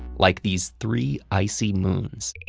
like these three icy moons.